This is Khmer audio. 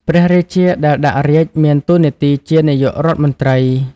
ព្រះរាជាដែលដាក់រាជ្យមានតួនាទីជានាយករដ្ឋមន្ត្រី។